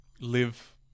live